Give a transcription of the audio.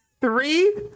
three